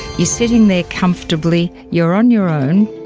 you're sitting there comfortably, you're on your own,